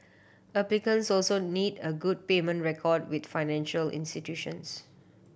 applicants also need a good payment record with financial institutions